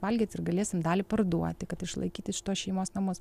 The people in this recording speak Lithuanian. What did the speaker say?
valgyti ir galėsim dalį parduoti kad išlaikyti šituos šeimos namus